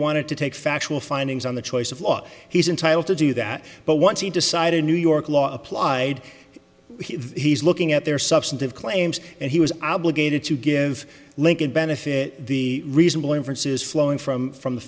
wanted to take factual findings on the choice of law he's entitled to do that but once he decided new york law applied he's looking at their substantive claims and he was obligated to give lincoln benefit the reasonable inference is flowing from from the